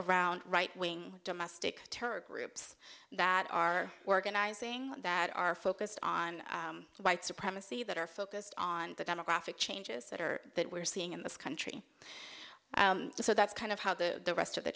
around right wing domestic terror groups that are organizing that are focused on white supremacy that are focused on the demographic changes that are that we're seeing in this country so that's kind of how the rest of the